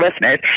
listeners